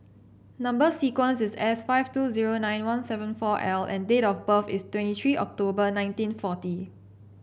number sequence is S five two zero nine one seven four L and date of birth is twenty three October nineteen forty